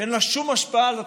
שאין לה שום השפעה על התחלואה,